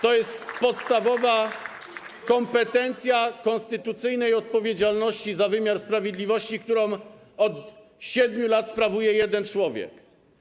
To jest podstawowa kompetencja konstytucyjnej odpowiedzialności za wymiar sprawiedliwości, którą od 7 lat sprawuje jeden człowiek.